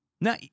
Now